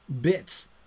bits